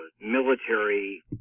military